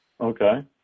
Okay